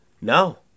No